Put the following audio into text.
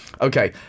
okay